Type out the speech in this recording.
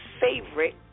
favorite